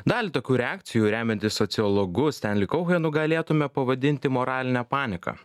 dalį tokių reakcijų remiantis sociologu stanley kohanu galėtume pavadinti moraline panika